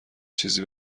چیزی